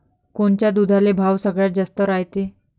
कोनच्या दुधाले भाव सगळ्यात जास्त रायते?